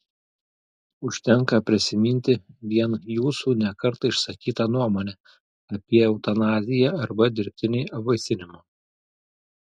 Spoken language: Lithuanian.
užtenka prisiminti vien jūsų ne kartą išsakytą nuomonę apie eutanaziją arba dirbtinį apvaisinimą